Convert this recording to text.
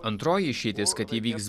antroji išeitis kad įvyks